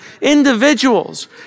individuals